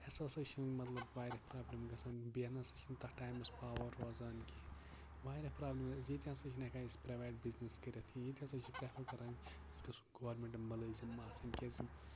اَسہِ ہسا چھِ مطلب واریاہ پرابلِم گژھان بیٚیہِ نہ سا چھُنہٕ تَتھ ٹایمَس پاور روزان کِہینۍ واریاہ پرابلِم حظ ییٚتہِ ہسا چھِنہٕ ہیٚکان أسۍ پریویٹ بِزِنٮ۪س کٔرِتھ کِہینۍ ییٚتہِ ہسا چھِ پرٮ۪فر کران أسۍ گژھو گورمیٚنٹ مُلٲزِم آسٕنۍ کیازِ کہِ